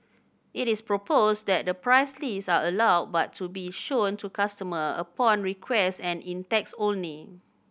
it is proposed that the price lists are allowed but to be shown to customer upon requests and in texts only